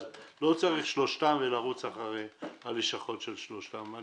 אז לא צריך את שלושתם ולרוץ אחרי הלשכות של שלושתם.